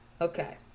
Okay